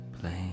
blame